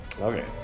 Okay